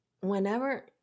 whenever